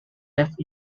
left